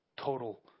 total